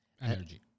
Energy